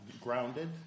grounded